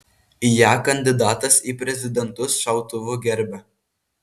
ją kandidatas į prezidentus šautuvu gerbia